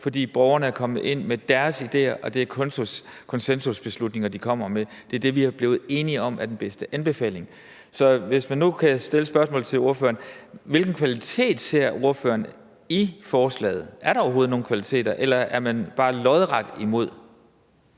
fordi borgerne er kommet ind med deres ideer, og det er konsensusbeslutninger, de kommer med. Det er det, vi er blevet enige om er den bedste anbefaling. Så hvis man nu kan stille et spørgsmål til ordføreren, vil jeg spørge: Hvilken kvalitet ser ordføreren i forslaget? Er der overhovedet nogen kvaliteter? Eller er man bare lodret imod?